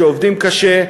שעובדים קשה,